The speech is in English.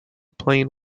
plain